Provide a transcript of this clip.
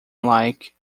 like